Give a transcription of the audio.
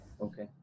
okay